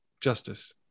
Justice